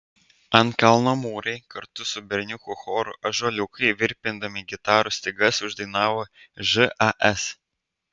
ant kalno mūrai kartu su berniukų choru ąžuoliukai virpindami gitarų stygas uždainavo žas